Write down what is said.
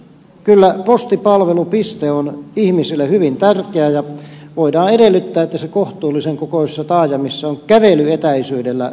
kyllä postipalvelupiste on ihmisille hyvin tärkeä ja voidaan edellyttää että se kohtuullisen kokoisissa taajamissa on kävelyetäisyydellä saatavilla